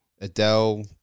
Adele